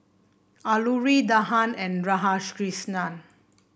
Alluri Dhyan and Radhakrishnan